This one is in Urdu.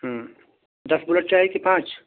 ہوں دس بلٹ چاہیے کہ پانچ